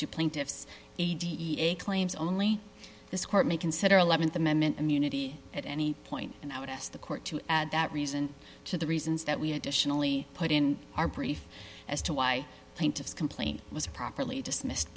to plaintiff's claims only this court may consider th amendment immunity at any point and i would ask the court to add that reason to the reasons that we additionally put in our brief as to why plaintiff's complaint was properly dismissed